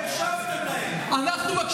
למה